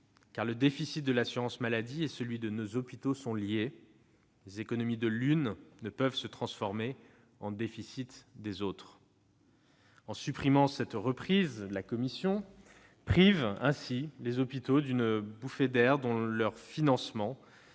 le déficit de l'assurance maladie et celui de nos hôpitaux sont liés : les économies de la première ne peuvent se transformer en déficit pour les seconds. En supprimant cette reprise, la commission prive ainsi les hôpitaux d'une bouffée d'air. Or ce financement